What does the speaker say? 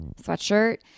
sweatshirt